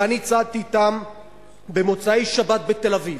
ואני צעדתי אתם במוצאי-שבת בתל-אביב,